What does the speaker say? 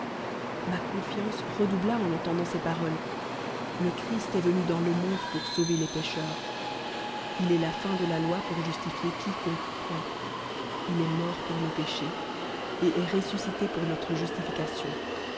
rejclé milconfiance redoubla en me rappelant ces paroles le christ est hou dans le moude pour sauver les pécheurs il estla fin de la loi pour justifier quiconque croit il est mort pour nos péchés et est ressuscité pournotre justificatiou